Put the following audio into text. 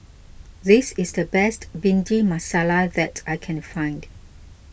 this is the best Bhindi Masala that I can find